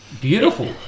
Beautiful